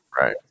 Right